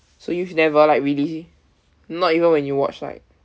so you've never like really not even when you watch like